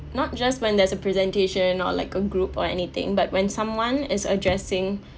not just when there's a presentation or like a group or anything but when someone is addressing